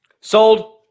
Sold